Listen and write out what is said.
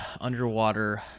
underwater